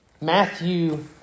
Matthew